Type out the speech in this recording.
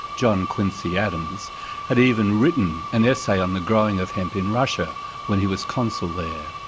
john quincy adams had even written an essay on the growing of hemp in russia when he was consul there.